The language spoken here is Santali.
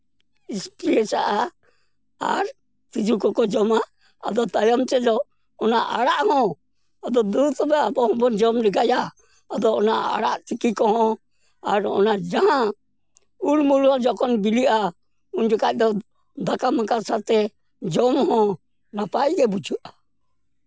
ᱮᱥᱯᱨᱮᱭᱟᱜᱼᱟ ᱟᱨ ᱛᱤᱡᱩ ᱠᱚᱠᱚ ᱡᱚᱢᱟ ᱟᱫᱚ ᱛᱟᱭᱚᱢ ᱛᱮᱫᱚ ᱚᱱᱟ ᱟᱲᱟᱜ ᱦᱚᱸ ᱟᱫᱚ ᱫᱩ ᱛᱚᱵᱮ ᱟᱵᱚ ᱦᱚᱸᱵᱚᱱ ᱡᱚᱢ ᱞᱮᱜᱟᱭᱟ ᱟᱫᱚ ᱚᱱᱟ ᱟᱲᱟᱜ ᱛᱤᱠᱤ ᱠᱚᱦᱚᱸ ᱟᱨ ᱚᱱᱟ ᱡᱟᱦᱟᱸ ᱩᱞ ᱢᱩᱞ ᱦᱚᱸ ᱡᱚᱠᱷᱚᱱ ᱵᱤᱞᱤᱜᱼᱟ ᱩᱱ ᱡᱚᱠᱷᱟᱡ ᱫᱚ ᱫᱟᱠᱟ ᱢᱟᱠᱟ ᱥᱟᱶᱛᱮ ᱡᱚᱢ ᱦᱚᱸ ᱱᱟᱯᱟᱭᱜᱮ ᱵᱩᱡᱷᱟᱹᱜᱼᱟ